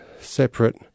separate